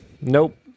nope